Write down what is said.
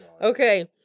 okay